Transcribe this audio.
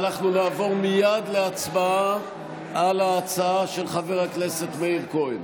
אנחנו נעבור מייד להצבעה על ההצעה של חבר הכנסת מאיר כהן.